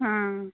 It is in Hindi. हाँ